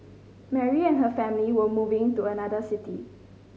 Mary and her family were moving to another city